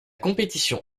compétition